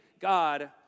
God